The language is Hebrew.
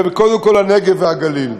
וקודם כול הנגב והגליל.